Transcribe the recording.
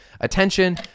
attention